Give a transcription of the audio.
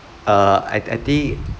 uh I I think